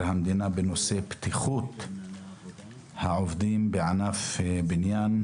המדינה בנושא בטיחות העובדים בענף הבנייה.